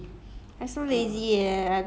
okay 我会的